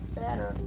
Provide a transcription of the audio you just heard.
better